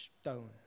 stone